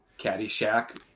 Caddyshack